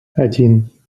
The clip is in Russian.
один